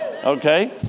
Okay